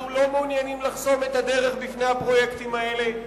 אנחנו לא מעוניינים לחסום את הדרך בפני הפרויקטים האלה,